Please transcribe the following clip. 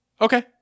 Okay